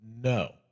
No